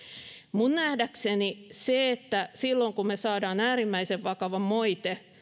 minun nähdäkseni se että me saamme äärimmäisen vakavan moitteen